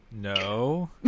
No